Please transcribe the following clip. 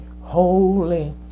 holy